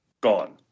gone